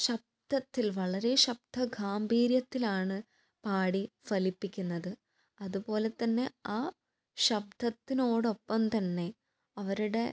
ശബ്ദത്തിൽ വളരെ ശബ്ദ ഗാംഭീര്യത്തിലാണ് പാടി ഫലിപ്പിക്കുന്നത് അതുപോലെ തന്നെ ആ ശബ്ദത്തിനോടൊപ്പം തന്നെ അവരുടെ